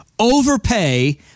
Overpay